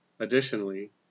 Additionally